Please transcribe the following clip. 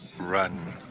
Run